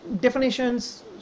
definitions